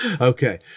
Okay